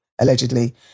allegedly